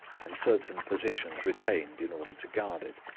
and certain positions retained in order to guard it.